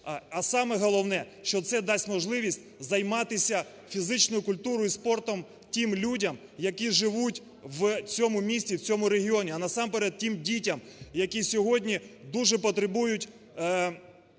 А саме головне, що це дасть можливість займатися фізичною культурою і спортом тим людям, які живуть в цьому місті, в цьому регіоні. А насамперед тим дітям, які сьогодні дуже потребують